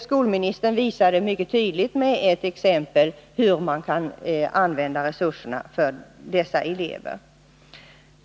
Skolministern visade mycket tydligt med ett exempel hur man kan använda resurserna för dessa elever.